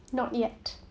not yet